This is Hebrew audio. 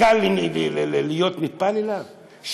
קל להיטפל אליו?